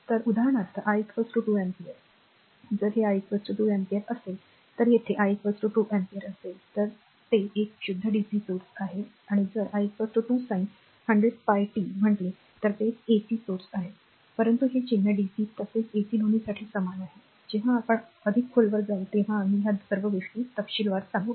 तर उदाहरणार्थ i 2 ampere जर हे i 2 अँपिअर असेल तर येथे i 2 अँपिअर असेल तर ते एक शुद्ध dc स्त्रोत आहे आणि जर i 2 sin 100 pi pi t म्हटले तर ते एक एसी वर्तमान स्त्रोत आहे परंतु हे चिन्ह डीसी तसेच एसी दोन्हीसाठी समान आहे जेव्हा आपण अधिक खोलवर जाऊ तेव्हा आम्ही या सर्व गोष्टी तपशीलवार सांगू